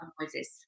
noises